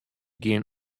gjin